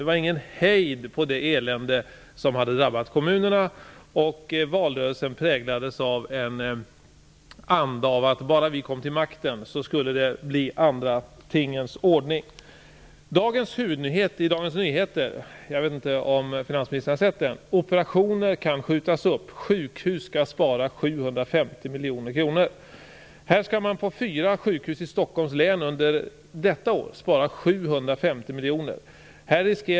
Det var ingen hejd på det elände som hade drabbat kommunerna. Valrörelsen präglades av en anda av att bara Socialdemokraterna kom till makten så skulle det bli en annan tingens ordning. Dagens huvudnyhet i Dagens Nyheter - jag vet inte om finansministern har sett den - är: "Operationer kan skjutas upp. Sjukhus skall spara 750 miljoner." På fyra sjukhus i Stockholms län skall man under detta år spara 750 miljoner.